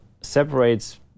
separates